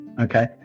okay